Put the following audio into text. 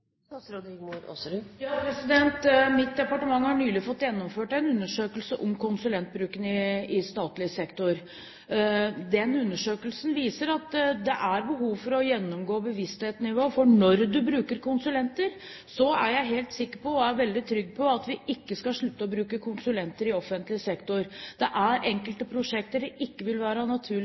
Mitt departement har nylig fått gjennomført en undersøkelse om konsulentbruken i statlig sektor. Den undersøkelsen viser at det er behov for å gjennomgå bevissthetsnivået i forhold til når man bruker konsulenter. Så er jeg helt sikker på at vi ikke skal slutte å bruke konsulenter i offentlig sektor. Det er enkelte prosjekter det ikke vil være naturlig